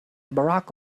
barack